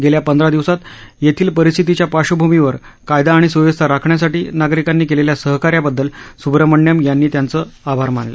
गेल्या पंधरा दिवसात येथील परिस्थितीच्या पार्श्वभूमीवर कायदा आणि सुव्यवस्था राखण्यासाठी नागरिकांनी केलेल्या सहकार्याबद्दल सुब्रम्हण्यम यांनी त्यांचे आभार मानले